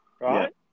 Right